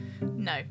No